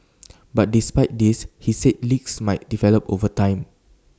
but despite this he said leaks might develop over time